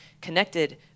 connected